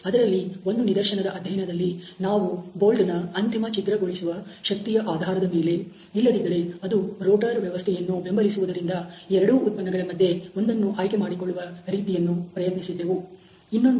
ಅದರಲ್ಲಿ ಒಂದು ನಿದರ್ಶನದ ಅಧ್ಯಯನದಲ್ಲಿ ನಾವು ಬೋಲ್ಟನ ಅಂತಿಮ ಛಿದ್ರಗೊಳಿಸುವ ಶಕ್ತಿಯ ಆಧಾರದ ಮೇಲೆ ಎರಡು ಉತ್ಪನ್ನಗಳ ಮಧ್ಯೆ ಒಂದನ್ನು ಆಯ್ಕೆ ಮಾಡಿಕೊಳ್ಳುವ ರೀತಿಯನ್ನು ಪ್ರಯತ್ನಿಸಿದ್ದೆವುಇಲ್ಲದಿದ್ದರೆ ಅದು ರೋಟರ್ ವ್ಯವಸ್ಥೆಯನ್ನು ಬೆಂಬಲಿಸುತ್ತದೆ